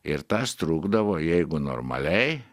ir tas trukdavo jeigu normaliai